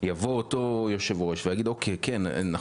יבוא אותו יושב-ראש ויגיד: נכון,